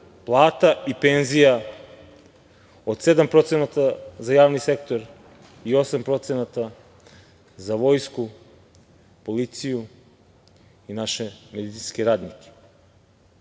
plata i penzija od 7% za javni sektor i 8% za vojsku, policiju i naše medicinske radnike. Isto